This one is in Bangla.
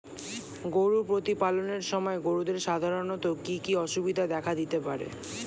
গরু প্রতিপালনের সময় গরুদের সাধারণত কি কি অসুবিধা দেখা দিতে পারে?